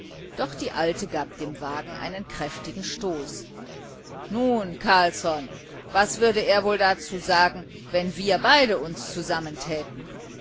doch die alte gab dem wagen einen kräftigen stoß nun carlsson was würde er wohl dazu sagen wenn wir beide uns zusammentäten